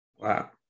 Wow